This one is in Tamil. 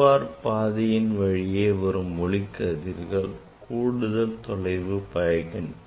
QR பாதையின் வழியே வரும் ஒளிக்கதிர்கள் கூடுதல் தொலைவு